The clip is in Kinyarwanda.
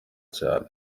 cyane